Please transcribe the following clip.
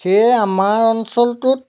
সেয়ে আমাৰ অঞ্চলটোত